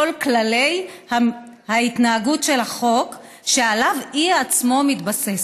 כללי ההתנהגות של החוק שעליו היא עצמה מתבססת.